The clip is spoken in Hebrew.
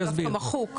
נמחק.